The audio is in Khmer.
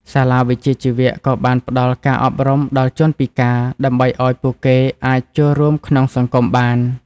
សាលាវិជ្ជាជីវៈក៏បានផ្តល់ការអប់រំដល់ជនពិការដើម្បីឱ្យពួកគេអាចចូលរួមក្នុងសង្គមបាន។